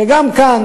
גם כאן.